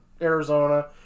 arizona